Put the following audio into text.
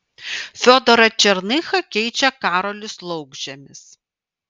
fiodorą černychą keičia karolis laukžemis